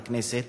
בכנסת,